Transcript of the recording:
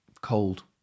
cold